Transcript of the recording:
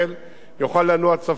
אנשי להבים עצמם, אגב,